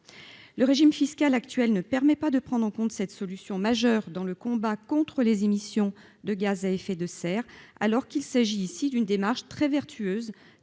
le régime fiscal actuel ne permet pas de prendre en compte cette solution majeure dans le combat contre les émissions de gaz à effet de serre alors qu'il s'agit ici d'une démarche très vertueuses,